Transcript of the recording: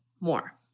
more